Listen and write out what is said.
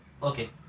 Okay